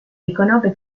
riconobbe